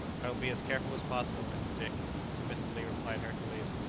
i will be as careful as possible, mr. dick, submissively replied hercules,